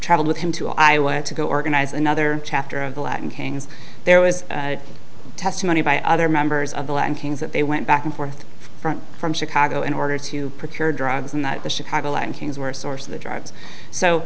traveled with him to i want to go organize another chapter of the latin kings there was testimony by other members of the latin kings that they went back and forth from chicago in order to prepare drugs and that the chicago land kings were a source of the drugs so